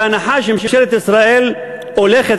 בהנחה שממשלת ישראל הולכת,